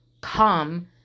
come